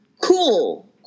Cool